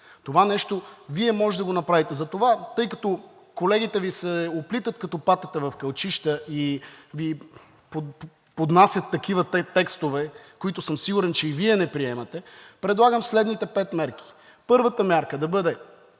Това нещо Вие може да го направите. Затова, тъй като колегите Ви се оплитат като патета в кълчища и Ви поднасят такива текстове, които съм сигурен, че и Вие не приемате, предлагам следните пет мерки. Първата мярка да бъде